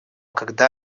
когда